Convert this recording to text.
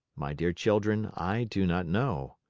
my dear children, i do not know.